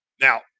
now